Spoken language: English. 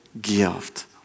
gift